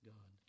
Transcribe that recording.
God